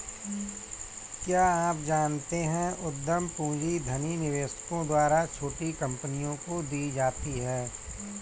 क्या आप जानते है उद्यम पूंजी धनी निवेशकों द्वारा छोटी कंपनियों को दी जाती है?